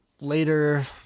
later